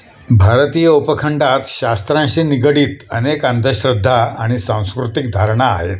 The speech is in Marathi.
भारतीय उपखंडात शास्त्रांशी निगडीत अनेक अंधश्रद्धा आणि सांस्कृतिक धारणा आहेत